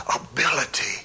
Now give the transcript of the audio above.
ability